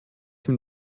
dem